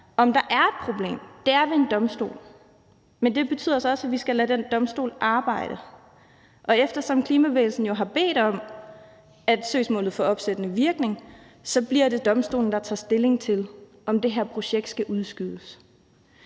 om der er et problem, er ved en domstol. Men det betyder så også, at vi skal lade den domstol arbejde, og eftersom klimabevægelsen jo har bedt om, at søgsmålet får opsættende virkning, så bliver det domstolen, der tager stilling til, om det her projekt skal udskydes.